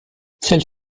celle